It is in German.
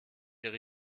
ihre